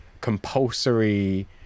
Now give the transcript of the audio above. compulsory